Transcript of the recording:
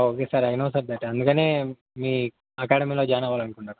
okay sir అయినా ఒకసారి better అందుకనే మీ అకాడమీలో జాయిన్ అవ్వాలనుకున్నాను